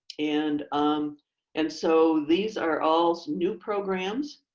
and um and so these are all new programs.